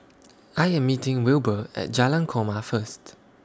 I Am meeting Wilbur At Jalan Korma First